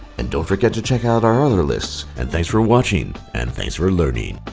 and don't forget to check out our other lists, and thanks for watching, and thanks for learning.